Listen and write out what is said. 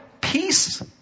peace